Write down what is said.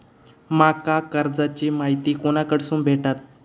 माका कर्जाची माहिती कोणाकडसून भेटात?